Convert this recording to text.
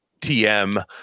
tm